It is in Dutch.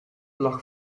lag